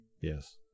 yes